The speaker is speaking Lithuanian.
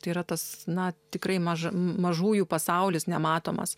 tai yra tas na tikrai maža mažųjų pasaulis nematomas